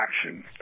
Action